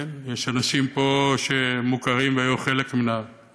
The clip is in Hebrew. יש פה אנשים שמוכרים והיו חלק מהנוף